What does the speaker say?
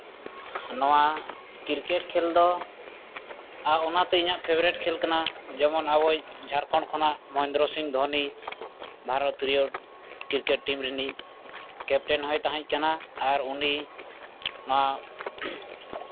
ᱱᱚᱣᱟ ᱠᱨᱤᱠᱮᱴ ᱠᱷᱮᱞ ᱫᱚ ᱚᱱᱟᱛᱮ ᱤᱧᱟᱹᱜ ᱯᱷᱮᱵᱟᱨᱤᱴ ᱠᱷᱮᱞ ᱠᱟᱱᱟ ᱡᱮᱢᱚᱱ ᱟᱵᱚᱭᱤᱡ ᱡᱷᱟᱲᱠᱷᱚᱸᱰ ᱠᱷᱚᱱᱟᱜ ᱢᱚᱦᱮᱱᱫᱨᱚ ᱥᱤᱝ ᱫᱷᱳᱱᱤ ᱵᱷᱟᱨᱚᱛᱤᱭᱚ ᱠᱨᱤᱠᱮᱴ ᱴᱤᱢ ᱨᱤᱱᱤᱡ ᱠᱮᱯᱴᱮᱱ ᱦᱚᱸᱭ ᱛᱟᱦᱮᱸ ᱠᱟᱱᱟ ᱟᱨ ᱩᱱᱤ ᱟᱨ